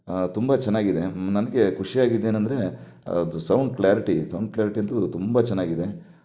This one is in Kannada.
ತುಂಬ ಚೆನ್ನಾಗಿದೆ ನನಗೆ ಖುಷಿ ಆಗಿದ್ದೇನೆಂದರೆ ಅದು ಸೌಂಡ್ ಕ್ಲಾರಿಟಿ ಸೌಂಡ್ ಕ್ಲಾರಿಟಿ ಅಂತು ತುಂಬ ಚೆನ್ನಾಗಿದೆ